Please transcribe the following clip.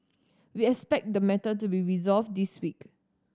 we expect the matter to be resolved this week